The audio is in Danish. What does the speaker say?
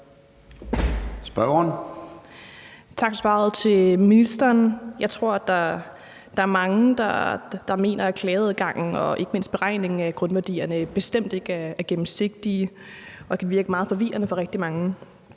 Tak til ministeren for svaret. Jeg tror, at der er mange, der mener, at klageadgangen og ikke mindst beregningen af grundværdierne bestemt ikke er gennemsigtige og kan virke meget forvirrende. Før jul var